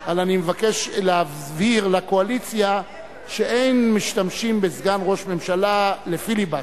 אבל אני מבקש להבהיר לקואליציה שאין משתמשים בסגן ראש הממשלה לפיליבסטר,